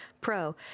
Pro